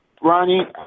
Ronnie